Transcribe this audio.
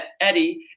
Eddie